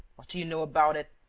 what do you know about it?